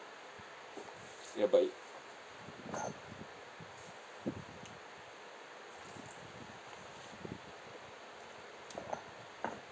ya but